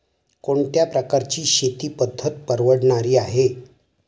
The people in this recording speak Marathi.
कोणत्या प्रकारची शेती पद्धत परवडणारी आहे?